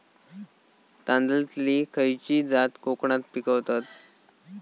तांदलतली खयची जात कोकणात पिकवतत?